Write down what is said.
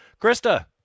Krista